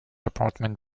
apartment